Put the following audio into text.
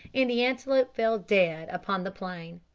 and the antelope fell dead upon the plain.